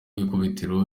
ikubitiro